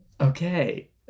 okay